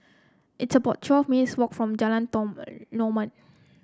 it's about twelve minutes' walk from Jalan